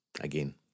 again